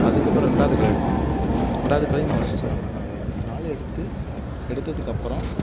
அதுக்கப்புறம் ரெண்டாவது களை எடுப்பாங்க ரெண்டாவது களையும் நான் ஃபஸ்ட்டு சொன்னா மாதிரிதான் இத்தனை ஆளு எடுத்து எடுத்ததுக்கப்புறம்